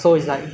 so